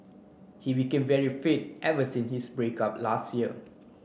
he became very fit ever since his break up last year